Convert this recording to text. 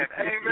Amen